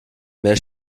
mehr